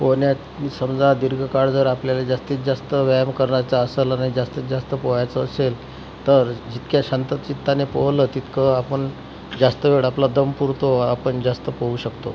पोहण्यात समजा जर दीर्घकाळ जर आपल्याला जास्तीत जास्त व्यायाम करायचा असेल आणि जास्तीत जास्त पोहायचं असेल तर जितक्या शांत चित्ताने पोहलं तितकं आपण जास्त वेळ आपला दम पुरतो आपण जास्त पोहू शकतो